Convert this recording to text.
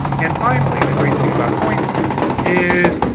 and finally, the great thing about points is,